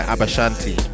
Abashanti